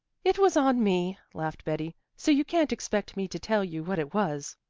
it was on me, laughed betty, so you can't expect me to tell you what it was.